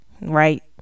right